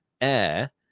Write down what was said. air